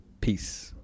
peace